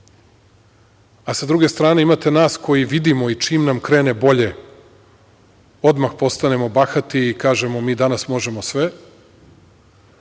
a sa druge strane imate nas koji vidimo i čim nam krene bolje odmah postanemo bahati i kažemo, mi danas možemo sve. Jer,